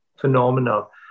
phenomenal